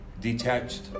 detached